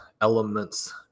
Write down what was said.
elements